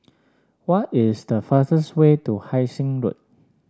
what is the fastest way to Hai Sing Road